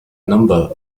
number